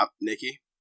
Nikki